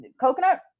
coconut